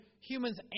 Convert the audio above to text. humans